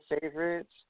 favorites